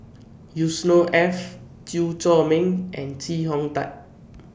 Yusnor Ef Chew Chor Meng and Chee Hong Tat